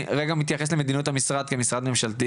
אני רגע מתייחס למדיניות המשרד כמשרד ממשלתי